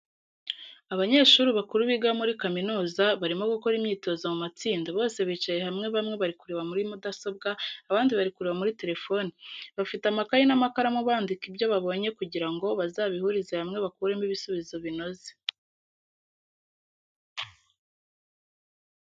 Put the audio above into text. Abanyeshuri bakuru biga muri kaminuza barimo gukora imyitozo mu matsinda, bose bicaye hamwe bamwe bari kureba muri mudasobwa, abandi bari kureba muri telefoni, bafite amakayi n'amakaramu bandika ibyo babonye kugira ngo bazabihurize hamwe bakuremo ibisubizo binoze.